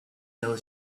knows